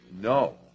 No